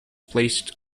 placed